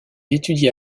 étudia